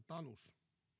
puhemies